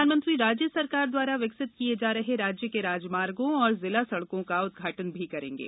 प्रधानमंत्री राज्य सरकार द्वारा विकसित किए जा रहे राज्य के राजमार्गो और जिला सड़कों का उद्घाटन भी करेंगे